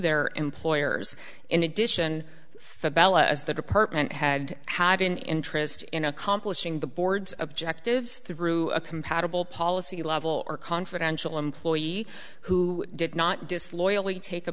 their employers in addition fidelity as the department had had an interest in accomplishing the board's objectives through a compatible policy level or confidential employee who did not disloyalty take a